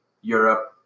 Europe –